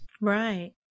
Right